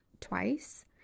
twice